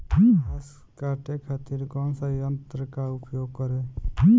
घास काटे खातिर कौन सा यंत्र का उपयोग करें?